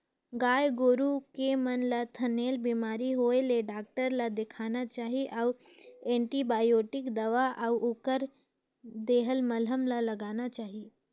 गाय गोरु के म थनैल बेमारी होय ले डॉक्टर ल देखाना चाही अउ एंटीबायोटिक दवा अउ ओखर देहल मलहम ल लगाना चाही